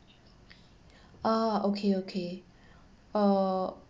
ah okay okay uh